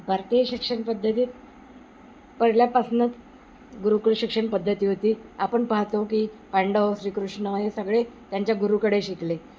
भारतीय शिक्षण पद्धतीत पडल्यापासनंच गुरुकुल शिक्षण पद्धती होती आपण पाहतो की पांडव श्रीकृष्ण हे सगळे त्यांच्या गुरुकडे शिकले